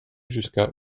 jusqu’à